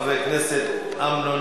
חבר הכנסת גפני,